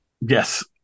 Yes